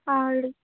আর